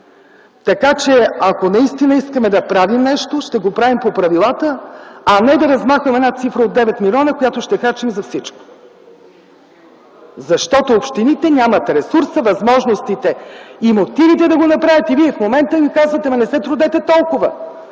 Така че аз, ако наистина искаме да правим нещо, ще го правим по правилата, а не да размахваме една цифра от 9 милиона, която ще харчим за всичко. Защото общините нямат ресурса, възможностите и мотивите да го направят. И вие в момента им казвате: „Ама, не се трудете толкова,